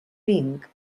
vinc